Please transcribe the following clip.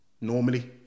normally